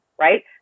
right